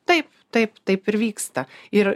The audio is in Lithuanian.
taip taip taip ir vyksta ir